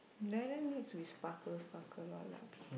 like that means we sparkle sparkle loh